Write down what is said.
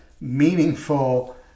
meaningful